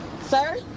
Sir